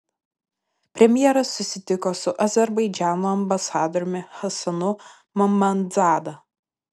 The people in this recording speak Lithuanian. premjeras susitiko su azerbaidžano ambasadoriumi hasanu mammadzada